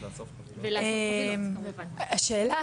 השאלה,